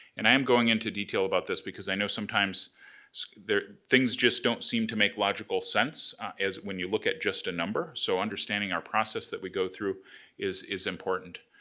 and i am going into detail about this because i know sometimes things just don't seem to make logical sense when you look at just a number. so understanding our process that we go through is is important.